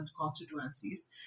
constituencies